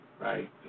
Right